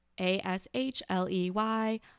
a-s-h-l-e-y